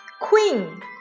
Queen